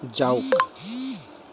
যাওক